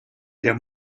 der